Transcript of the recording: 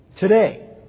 Today